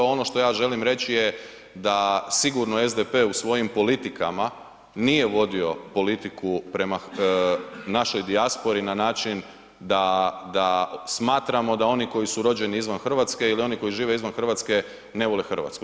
Ono što ja želim reći je da sigurno SDP u svojim politikama nije vodio politiku prema našoj dijaspori na način da smatramo da oni koji su rođeni izvan Hrvatske ili oni koji žive izvan Hrvatske ne vole Hrvatsku.